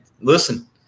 listen